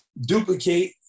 duplicate